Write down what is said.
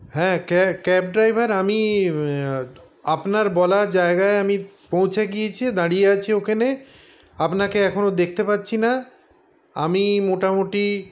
হ্যাঁ ক্যা cab driver আমি আপনার বলা জায়গায় আমি পৌঁছে গিয়েছি দাঁড়িয়ে আছি ওখানে আপনাকে এখনও দেখতে পাচ্ছি না আমি মোটামোটি